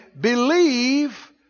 believe